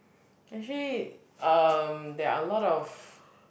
actually um there are a lot of